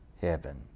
heaven